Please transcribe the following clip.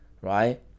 right